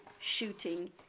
shooting